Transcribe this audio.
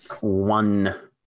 one